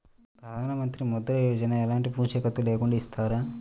ప్రధానమంత్రి ముద్ర యోజన ఎలాంటి పూసికత్తు లేకుండా ఇస్తారా?